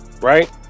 right